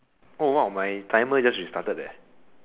oh !wow! my timer just restarted eh